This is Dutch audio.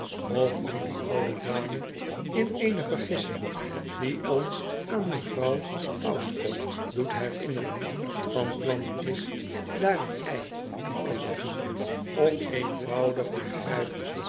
of nu die oude dame in eene vergissing die ons aan mevrouw southcott doet herinneren van plan is daar een ei in te leggen of eenvoudig begrijpt